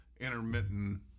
intermittent